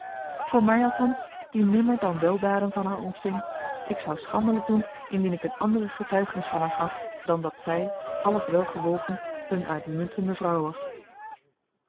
voor mij althans die nimmer dan weldaden van haar ontving ik zou schandelijk doen indien ik een andere getuigenis van haar gaf dan dat zij alles wel gewogen eene uitmuntende vrouw was